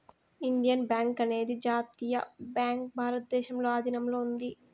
Indian bank అనేది జాతీయ bank భారతదేశంలో ఆధీనంలో ఉంది